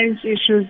issues